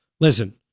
listen